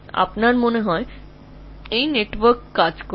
এগুলি এর সত্যতা যাচাই করতে পারে না কিন্তু এটি তত্ত্বের সাথে খাপ খায়